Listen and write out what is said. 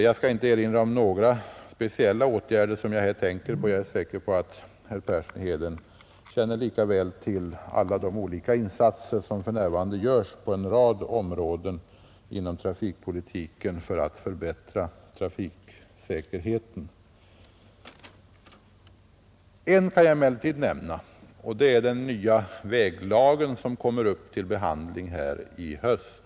Jag skall där inte ange några speciella åtgärder; jag är säker på att herr Persson i Heden mycket bra känner till de insatser som för närvarande görs på en rad områden inom trafikpolitiken för att förbättra trafiksäkerheten. Jo, en sak kan jag nämna, nämligen den nya väglag som kommer att behandlas här i riksdagen i höst.